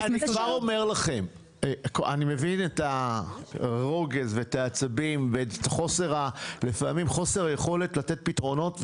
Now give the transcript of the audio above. אני מבין את הרוגז ואת העצבים ואת חוסר היכולת לתת פתרונות.